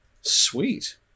Sweet